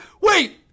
wait